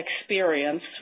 experience